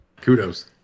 Kudos